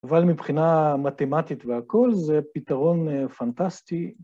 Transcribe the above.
אבל מבחינה מתמטית והכול זה פתרון פנטסטי.